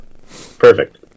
Perfect